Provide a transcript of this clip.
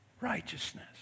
Righteousness